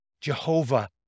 Jehovah